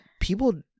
people